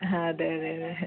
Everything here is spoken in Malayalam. ആഹാ അതെ അതെ അതെ